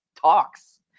talks